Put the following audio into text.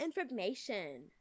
information